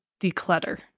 declutter